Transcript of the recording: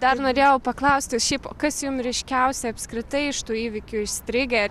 dar norėjau paklausti šiaip o kas jum ryškiausiai apskritai iš tų įvykių įstrigę